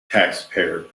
taxpayer